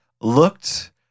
looked